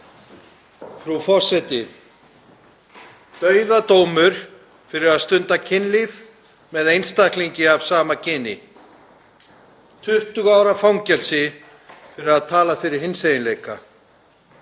Frú forseti. Dauðadómur fyrir að stunda kynlíf með einstaklingi af sama kyni, 20 ára fangelsi fyrir að tala fyrir hinseginleika